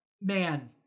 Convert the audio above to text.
man